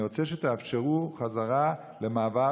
אני רוצה שתאפשרו חזרה למעבר,